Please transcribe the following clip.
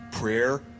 Prayer